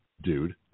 dude